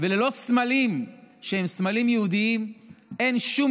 וללא סמלים שהם סמלים יהודיים אין שום